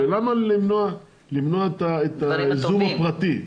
למה למנוע את הייזום הפרטי.